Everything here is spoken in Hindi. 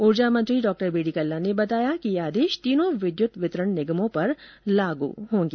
ऊर्जा मंत्री डॉ बीडीकल्ला ने बताया कि ये आदेश तीनो विद्युत वितरण निगमों पर लागु होंगे